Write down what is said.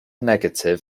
negatif